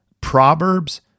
Proverbs